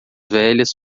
velhas